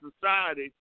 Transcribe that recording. society